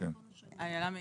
איילה מאיר,